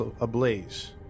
ablaze